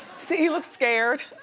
so he looks scared.